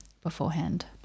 beforehand